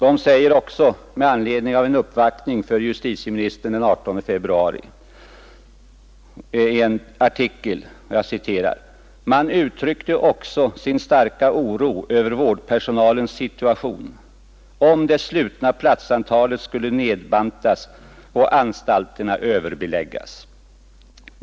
” I en tidningsartikel heter det om den uppvaktning som förbundets representanter gjorde hos justitieministern den 18 februari: ”Man uttryckte också sin starka oro över vårdpersonalens situation om det slutna platsantalet skulle nedbantas och anstalterna överbeläggas.